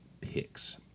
picks